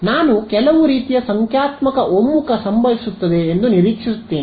ಆದ್ದರಿಂದ ನಾನು ಕೆಲವು ರೀತಿಯ ಸಂಖ್ಯಾತ್ಮಕ ಒಮ್ಮುಖ ಸಂಭವಿಸುತ್ತದೆ ಎಂದು ನಿರೀಕ್ಷಿಸುತ್ತೇನೆ